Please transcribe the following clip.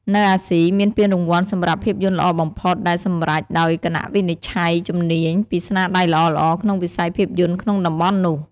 នៅអាស៊ី មានពានរង្វាន់សម្រាប់ភាពយន្តល្អបំផុត ដែលសម្រេចដោយគណៈវិនិច្ឆ័យជំនាញ ពីស្នាដៃល្អៗក្នុងវិស័យភាពយន្តក្នុងតំបន់នោះ។